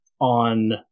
on